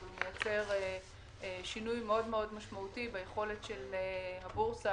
אבל מייצר שינוי מאוד משמעותי ביכולת של הבורסה